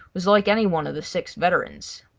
was like any one of the six veterans.